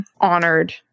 honored